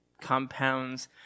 compounds